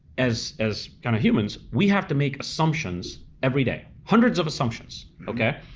as as kind of humans, we have to make assumptions every day. hundreds of assumptions, okay.